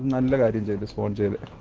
and they say, but so and yeah